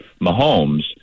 Mahomes